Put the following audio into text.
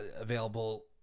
Available